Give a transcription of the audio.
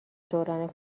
دوران